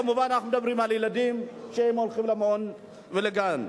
כמובן אנחנו מדברים על ילדים שהולכים למעון ולגן.